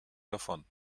davon